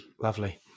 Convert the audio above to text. Lovely